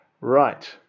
Right